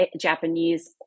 Japanese